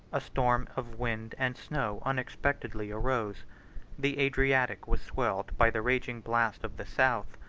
a storm of wind and snow unexpectedly arose the adriatic was swelled by the raging blast of the south,